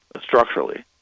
structurally